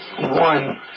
One